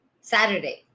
Saturday